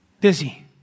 busy